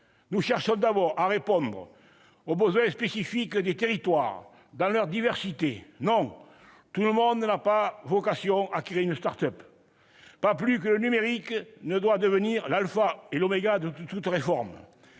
Nous cherchons d'abord à répondre aux besoins spécifiques des territoires, dans leur diversité. Non, tout le monde n'a pas vocation à créer une start-up ! Pas plus que le numérique ne doit devenir l'alpha et l'oméga de toute réforme.